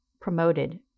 promoted